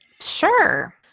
Sure